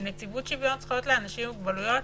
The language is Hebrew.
נציבות שוויון זכויות לאנשים עם מוגבלות,